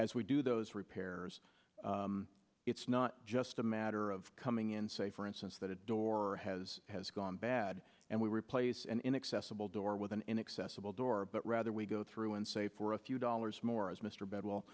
as we do those repairs it's not just a matter of coming in say for instance that a door has has gone bad and we replace an inaccessible door with an inaccessible door but rather we go through and say for a few dollars more as mr bed